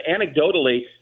anecdotally